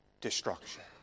destruction